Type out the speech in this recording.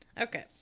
Okay